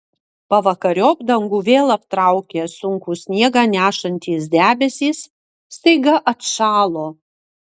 pavakariop dangų vėl aptraukė sunkūs sniegą nešantys debesys staiga atšalo